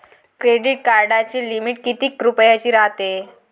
Credit कार्डाची limit कितीक रुपयाची रायते?